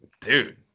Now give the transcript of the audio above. dude